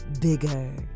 bigger